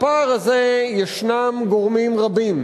הדבר מופיע גם בשורת חוקים,